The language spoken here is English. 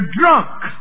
drunk